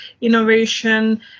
innovation